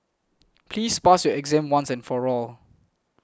please pass your exam once and for all